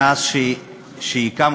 מאז קמה,